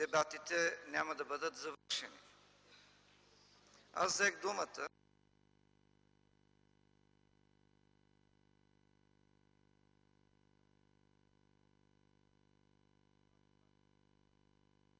дебатите няма да бъдат завършени. Аз взех думата